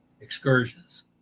excursions